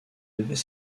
devaient